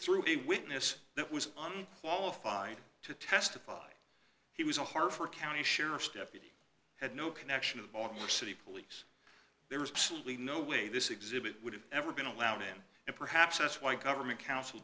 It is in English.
through a witness that was on qualified to testify he was a harford county sheriff's deputy had no connection of baltimore city police there was absolutely no way this exhibit would have ever been allowed in and perhaps that's why government coun